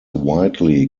widely